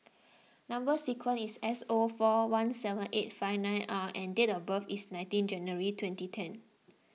Number Sequence is S O four one seven eight five nine R and date of birth is nineteen January twenty ten